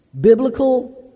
biblical